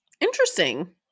Interesting